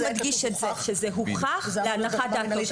זה מדגיש את זה שזה "הוכח" להנחת דעתו.